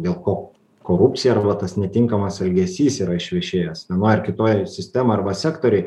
dėl ko korupcija arba tas netinkamas elgesys yra išvešėjęs vienoj ar kitoj sistemoj arba sektoriuj